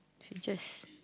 it's just